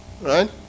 right